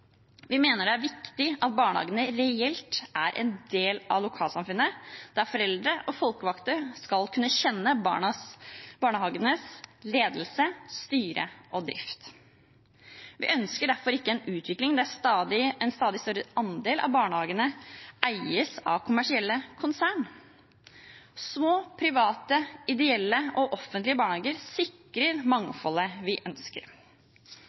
Vi mener det er viktig at barnehagene reelt er en del av lokalsamfunnet, der foreldre og folkevalgte skal kunne kjenne barnehagenes ledelse, styre og drift. Vi ønsker derfor ikke en utvikling der en stadig større andel av barnehagene eies av kommersielle konserner. Små private, ideelle og offentlige barnehager sikrer mangfoldet vi ønsker.